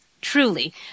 Truly